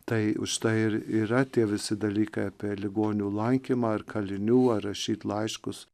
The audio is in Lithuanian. tai už tai ir yra tie visi dalykai apie ligonių lankymą ar kalinių ar rašyt laiškus